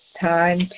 time